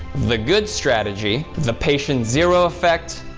the good strategy, the patient zero effect,